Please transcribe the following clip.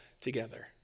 together